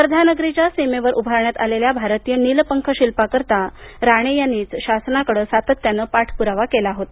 वर्धानगरीच्या सीमेवर उभारण्यात आलेल्या भारतीय नीलपंख शिल्पाकरिता राणे यांनीच शासनाकडे सातत्याने पाठप्रावा केला होता